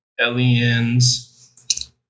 aliens